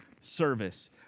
service